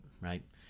right